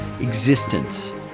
existence